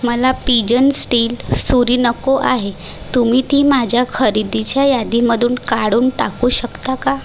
मला pigeon steel सुरी नको आहे तुम्ही ती माझ्या खरेदीच्या यादीमधून काढून टाकू शकता का